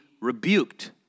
rebuked